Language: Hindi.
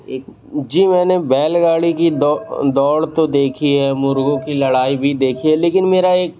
एक जी मैंने बैलगाड़ी की दौ दौड़ तो देखी है मुर्ग़ों की लड़ाई भी देखी है लेकिन मेरा एक